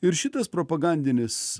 ir šitas propagandinis